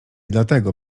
dlatego